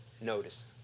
Notice